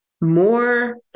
more